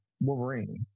Wolverine